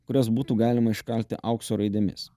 kurias būtų galima iškalti aukso raidėmis